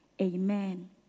Amen